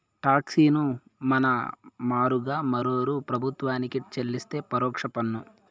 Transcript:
talks ను మన మారుగా మరోరూ ప్రభుత్వానికి చెల్లిస్తే పరోక్ష పన్ను